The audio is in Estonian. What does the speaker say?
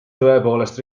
tõepoolest